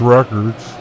Records